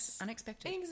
unexpected